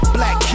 Black